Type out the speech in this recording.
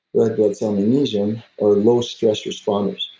red blood cell magnesium are low stress responders